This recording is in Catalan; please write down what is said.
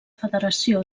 federació